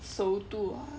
熟度